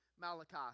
Malachi